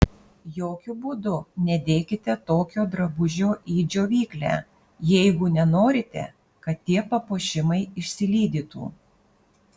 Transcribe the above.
jokiu būdu nedėkite tokio drabužio į džiovyklę jeigu nenorite kad tie papuošimai išsilydytų